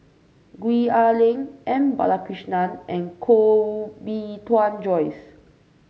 Gwee Ah Leng M Balakrishnan and Koh Bee Tuan Joyce